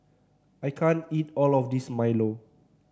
I can't eat all of this milo